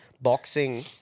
boxing